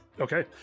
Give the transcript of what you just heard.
Okay